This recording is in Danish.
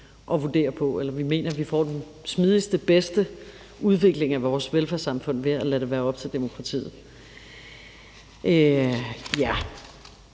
at vurdere, og vi mener, vi får den smidigste og bedste udvikling af vores velfærdssamfund ved at lade det være op til demokratiet.